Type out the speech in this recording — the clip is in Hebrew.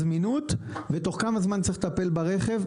הזמינות ותוך כמה זמן צריך לטפל ברכב,